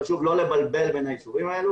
חשוב לא לבלבל בין האישורים האלה.